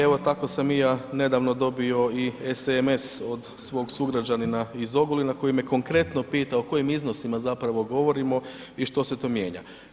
Evo tako sam i ja nedavno dobio i SMS od svog sugrađanina iz Ogulina koji me konkretno pitao o kojim iznosima zapravo govorimo i što se to mijenja?